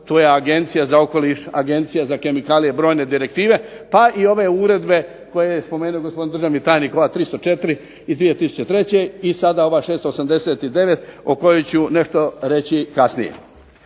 tu je Agencija za okoliš, Agencija za kemikalije, brojne direktive, pa i ove uredbe koje je spomenuo gospodin državni tajnik ova 304. iz 2003. i sada ova 689. o kojoj ću nešto reći kasnije.